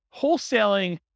wholesaling